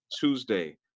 Tuesday